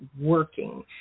working